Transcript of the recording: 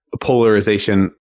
polarization